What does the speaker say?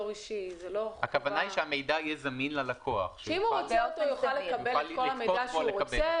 הכוונה היא שהמידע יהיה זמין ללקוח והוא יוכל לקבל אותו.